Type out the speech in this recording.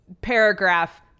paragraph